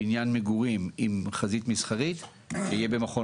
בניין מגורים עם חזית מסחרית יהיה במכון